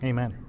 Amen